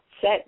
set